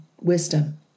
wisdom